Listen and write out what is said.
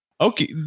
okay